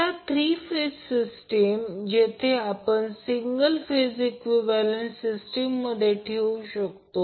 आता 3 phase system येथे आपण सिंगल फेज इक्विवलेंट सिस्टीम मध्ये ठेवू शकतो